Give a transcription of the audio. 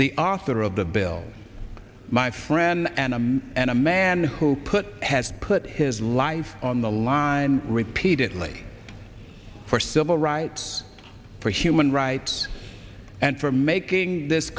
the author of the bill my friend and a man and a man who put has put his life on the line repeatedly for civil rights for human rights and for making this